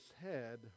head